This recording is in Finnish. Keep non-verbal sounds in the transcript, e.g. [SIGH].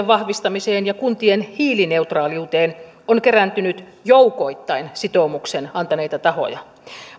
[UNINTELLIGIBLE] vahvistamiseen ja kuntien hiilineutraaliuteen on kerääntynyt joukoittain sitoumuksen antaneita tahoja